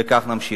וכך נמשיך.